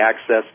access